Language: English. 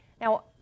Now